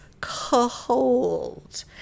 cold